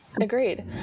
Agreed